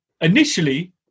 initially